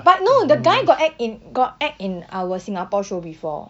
but no the guy got act in got act in our singapore show before